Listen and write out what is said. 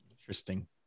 Interesting